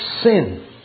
sin